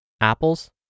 Apples